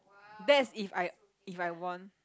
that's if I if I won